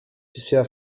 bisher